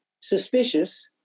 suspicious